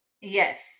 Yes